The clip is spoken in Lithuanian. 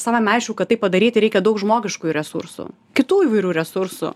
savaime aišku kad tai padaryti reikia daug žmogiškųjų resursų kitų įvairių resursų